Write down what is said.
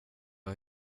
har